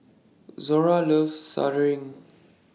Zora loves